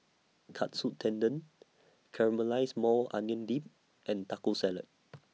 Katsu Tendon Caramelized Maui Onion Dip and Taco Salad